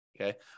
Okay